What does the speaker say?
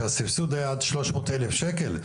שהסבסוד היה עד שלוש מאות אלף שקל?